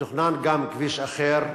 מתוכנן גם כביש אחר,